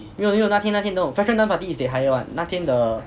没有没有那天那天 no freshman dance party is they hire one 那天的